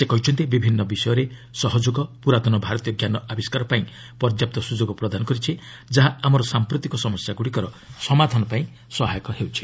ସେ କହିଛନ୍ତି ବିଭିନ୍ନ ବିଷୟରେ ସହଯୋଗ ପ୍ରରାତନ ଭାରତୀୟ ଜ୍ଞାନ ଆବିଷ୍କାରପାଇଁ ପର୍ଯ୍ୟାପ୍ତ ସ୍ରଯୋଗ ପ୍ରଦାନ କରିଛି ଯାହା ଆମର ସାମ୍ପ୍ରତିକ ସମସ୍ୟାଗ୍ରଡ଼ିକର ସମାଧାନ ପାଇଁ ସହାୟକ ହେଉଛି